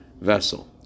vessel